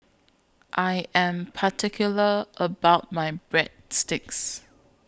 I Am particular about My Breadsticks